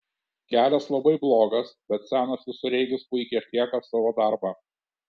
kelias labai blogas bet senas visureigis puikiai atlieka savo darbą